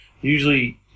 usually